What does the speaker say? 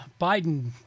Biden